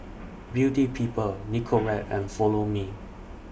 Beauty People Nicorette and Follow Me